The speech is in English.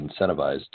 incentivized